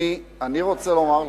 אני רוצה לומר לך,